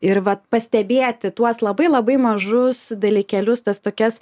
ir vat pastebėti tuos labai labai mažus dalykėlius tas tokias